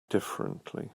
differently